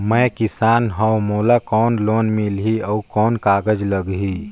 मैं किसान हव मोला कौन लोन मिलही? अउ कौन कागज लगही?